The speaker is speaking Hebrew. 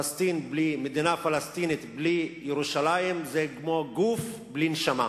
מדינה פלסטינית בלי ירושלים היא כמו גוף בלי נשמה.